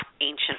ancient